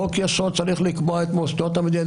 חוק-יסוד צריך לקבוע את מוסדות המדינה,